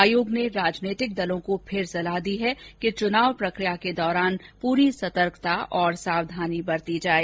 आयोग ने कल राजनीतिक दलों को फिर सलाह दी है कि चुनाव प्रक्रिया के दौरान पूरी सतर्कता और सावधानी बरती जाये